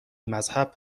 مذهب